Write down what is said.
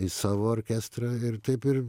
į savo orkestrą ir taip ir